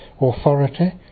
authority